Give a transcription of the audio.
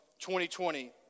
2020